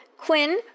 Quinn